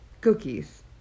Cookies